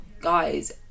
guys